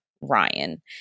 Ryan